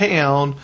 Town